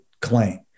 claim